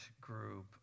group